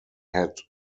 had